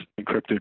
encrypted